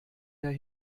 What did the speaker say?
der